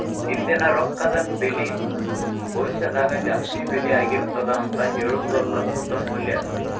ಇಂದಿನ ರೊಕ್ಕದ ಬೆಲಿ ಭವಿಷ್ಯದಾಗ ಜಾಸ್ತಿ ಬೆಲಿ ಆಗಿರ್ತದ ಅಂತ ಹೇಳುದ ಪ್ರಸ್ತುತ ಮೌಲ್ಯ